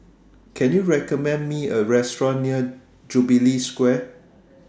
Can YOU recommend Me A Restaurant near Jubilee Square